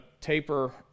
taper